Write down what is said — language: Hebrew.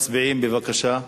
מצביעים, בבקשה.